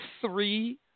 three